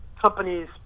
companies